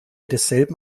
desselben